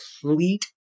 complete